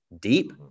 deep